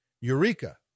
Eureka